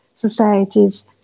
societies